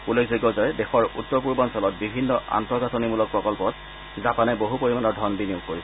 উল্লেখযোগ্য যে দেশৰ উত্তৰ পূৰ্বাঞলত বিভিন্ন আন্তঃগাঁথনিমূলক প্ৰকল্পত জাপানে বহু পৰিমাণৰ ধন বিনিয়োগ কৰিছে